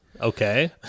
Okay